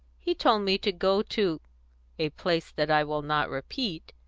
he told me to go to a place that i will not repeat,